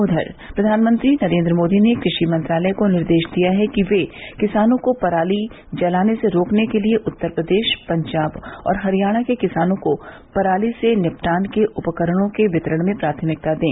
उधर प्रधानमंत्री नरेंद्र मोदी ने कृषि मंत्रालय को निर्देश दिया है कि वे किसानों को पराली जलाने से रोकने के लिए उत्तर प्रदेश पंजाब और हरियाणा के किसानों को पराली के निपटान के उपकरणों के वितरण में प्राथमिकता दें